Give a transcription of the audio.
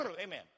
Amen